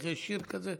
יש שיר כזה?